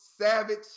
Savage